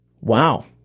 Wow